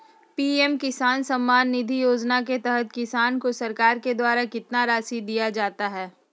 PM किसान सम्मान निधि योजना के तहत किसान को सरकार के द्वारा कितना रासि दिया जाता है?